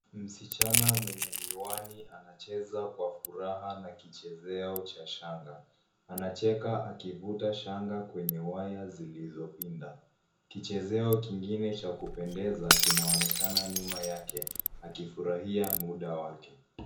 Msichana mwenye miwani anacheza kwa furaha na kichezeo cha shanga. Anacheka akivuta shanga kwenye waya zilizopinda. Kichezeo kingine cha kupendeza kinaonekana nyuma yake, akifurahia muda wake.